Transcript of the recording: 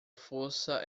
força